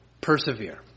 persevere